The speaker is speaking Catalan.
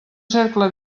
cercle